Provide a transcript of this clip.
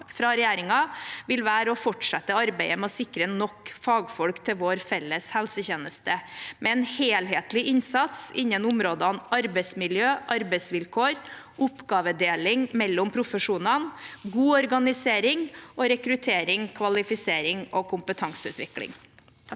fra regjeringen vil være å fortsette arbeidet med å sikre nok fagfolk til vår felles helsetjeneste, med en helhetlig innsats innen områdene arbeidsmiljø og arbeidsvilkår, oppgavedeling mellom profesjonene, god organisering og rekruttering, kvalifisering og kompetanseutvikling.